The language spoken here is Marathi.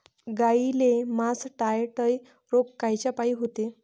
गाईले मासटायटय रोग कायच्यापाई होते?